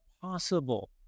possible